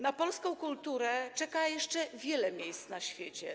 Na polska kulturę czeka jeszcze wiele miejsc na świecie.